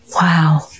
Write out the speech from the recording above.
Wow